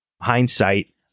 Hindsight